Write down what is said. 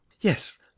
yes